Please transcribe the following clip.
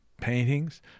paintings